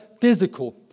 physical